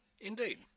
Indeed